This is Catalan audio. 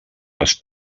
les